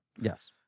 Yes